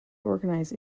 organized